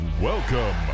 Welcome